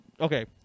okay